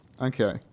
Okay